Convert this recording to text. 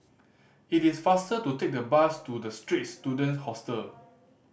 it is faster to take the bus to The Straits Student Hostel